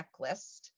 checklist